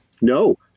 No